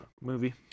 movie